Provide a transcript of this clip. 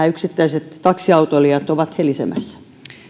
yksittäiset taksiautoilijat ovat helisemässä